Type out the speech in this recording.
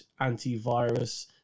antivirus